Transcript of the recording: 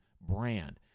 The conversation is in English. brand